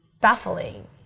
baffling